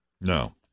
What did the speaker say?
No